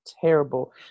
terrible